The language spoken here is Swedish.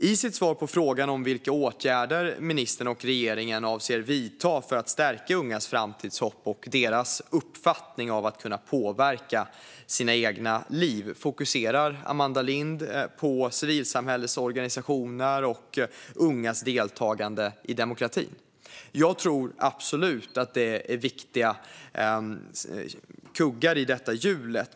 I sitt svar på frågan om vilka åtgärder ministern och regeringen avser att vidta för att stärka ungas framtidshopp och uppfattning om hur de kan påverka sina egna liv fokuserar Amanda Lind på civilsamhällesorganisationer och ungas deltagande i demokratin. Jag tror absolut att det är viktiga kuggar i detta hjul.